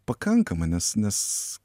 pakankama nes nes